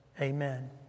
Amen